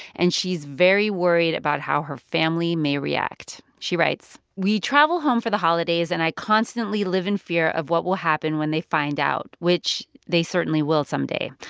and she's very worried about how her family may react she writes, we travel home for the holidays, and i constantly live in fear of what will happen when they find out which they certainly will someday.